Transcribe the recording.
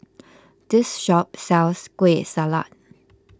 this shop sells Kueh Salat